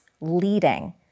leading